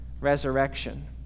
resurrection